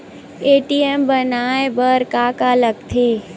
ATM बनवाय बर का का लगथे?